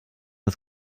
ist